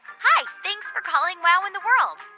hi, thanks for calling wow in the world.